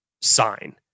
sign